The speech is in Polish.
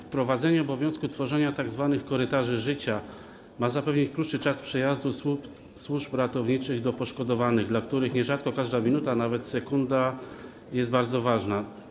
Wprowadzenie obowiązku utworzenia tzw. korytarzy życia ma zapewnić krótszy czas przejazdu służb ratowniczych do poszkodowanych, dla których nierzadko każda minuta, nawet sekunda jest bardzo ważna.